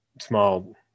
small